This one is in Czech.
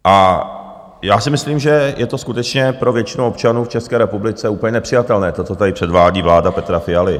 A já si myslím, že je to skutečně pro většinu občanů v České republice úplně nepřijatelné, to, co tady předvádí vláda Petra Fialy.